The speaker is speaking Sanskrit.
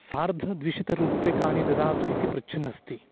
सार्धद्विशतरूप्यकाणि ददातु इति पृच्छन् अस्ति